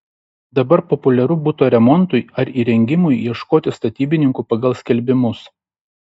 dabar populiaru buto remontui ar įrengimui ieškoti statybininkų pagal skelbimus